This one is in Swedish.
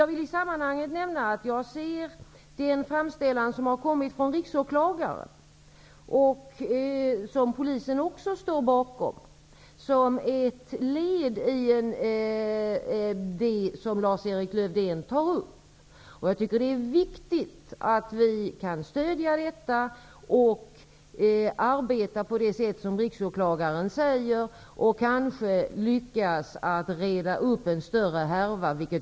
Jag vill i sammanhanget nämna att jag ser den framställan som kommit från riksåklagaren, och som polisen också står bakom, som ett led i det som Lars-Erik Lövdén tar upp. Det är viktigt att vi kan stödja detta och arbeta på det sätt som riksåklagaren föreslår och kanske lyckas reda upp en större härva.